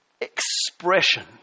expression